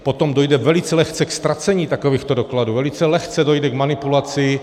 Potom dojde velice lehce ke ztracení takovýchto dokladů, velice lehce dojde k manipulaci.